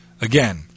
again